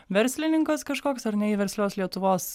verslininkas kažkoks ar ne į verslios lietuvos